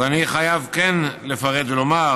אז אני חייב כן לפרט ולומר